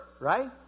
right